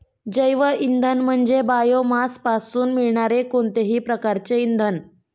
जैवइंधन म्हणजे बायोमासपासून मिळणारे कोणतेही प्रकारचे इंधन